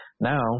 Now